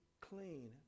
clean